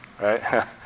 right